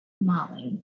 molly